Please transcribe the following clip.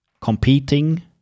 competing